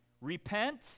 Repent